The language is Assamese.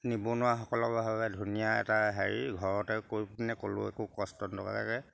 নিবনুৱাসকলৰ বাবে ধুনীয়া এটা হেৰি ঘৰতে কৰি পিনে ক'তো একো কষ্ট নকৰাকে